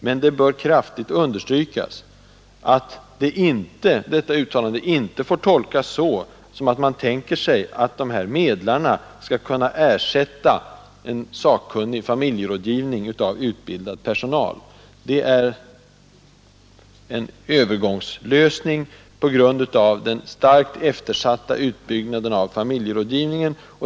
Men det bör kraftigt understrykas, att detta uttalande inte får tolkas på det sättet, att medlarna skall kunna ersätta en sakkunnig familjerådgivning av utbildad personal. Det är en övergångslösning som motiveras av den starkt eftersatta utbyggnaden av familjerådgivningen.